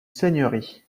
seigneurie